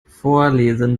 vorlesen